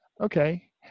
Okay